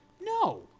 No